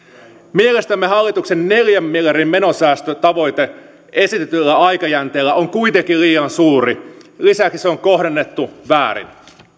mielestämme hallituksen neljän miljardin menosäästötavoite esitetyllä aikajänteellä on kuitenkin liian suuri lisäksi se on kohdennettu väärin